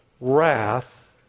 wrath